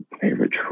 Favorite